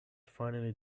finally